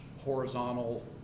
horizontal